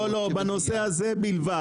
לא לא בנושא הזה בלבד,